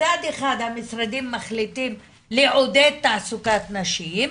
מצד אחד המשרדים מחליטים לעודד תעסוקת נשים,